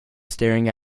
staring